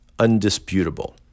undisputable